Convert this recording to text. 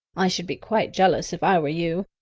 i should be quite jealous if i were you!